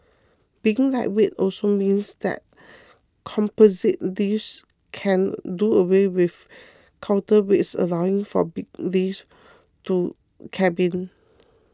being lightweight also means that composite lifts can do away with counterweights allowing for bigger lift to cabins